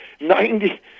ninety